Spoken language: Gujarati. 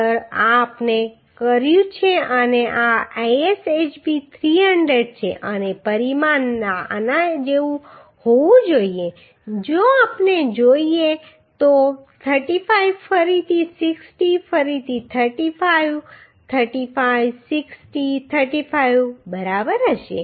આ આપણે કર્યું છે અને આ ISHB 300 છે અને પરિમાણ આના જેવું હોવું જોઈએ જો આપણે જોઈએ તો તે 35 ફરીથી 60 ફરીથી 35 35 60 35 બરાબર હશે